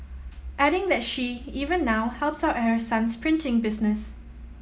adding that she even now helps out at her son's printing business